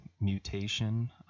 mutation